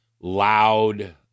loud